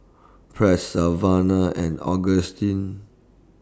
Press Savannah and Augustine